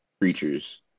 creatures